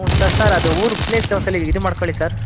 ಹ್ಞೂ sir sir ಊರು place ಒಂದು ಸಲ ಇದು ಮಾಡ್ಕೊಳ್ಳಿ ಸರ್